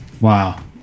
wow